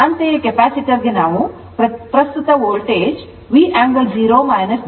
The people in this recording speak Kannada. ಅಂತೆಯೇ ಕೆಪಾಸಿಟರ್ ಗೆ ನಾವು ಪ್ರಸ್ತುತ ವೋಲ್ಟೇಜ್ V angle 0 jXC ಎಂದು ಪರಿಗಣಿಸುತ್ತೇವೆ